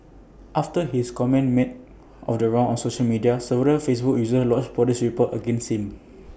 after his comment made the rounds on social media several Facebook users lodged Police reports against him